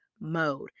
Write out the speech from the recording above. mode